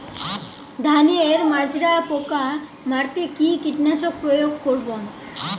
ধানের মাজরা পোকা মারতে কি কীটনাশক প্রয়োগ করব?